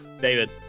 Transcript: David